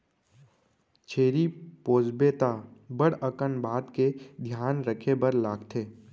छेरी पोसबे त बड़ अकन बात के धियान रखे बर लागथे